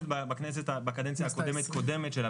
בקדנציה הקודמת קודמת שלה,